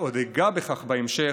עוד אגע בכך בהמשך,